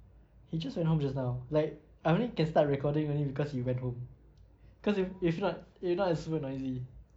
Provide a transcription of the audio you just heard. he just went home just now like I only can start recording only because he went home cause if if not if not it's super noisy